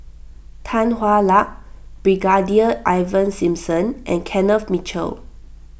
Tan Hwa Luck Brigadier Ivan Simson and Kenneth Mitchell